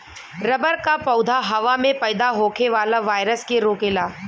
rubber क पौधा हवा में पैदा होखे वाला वायरस के रोकेला